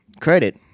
credit –